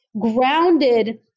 grounded